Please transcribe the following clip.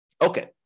Okay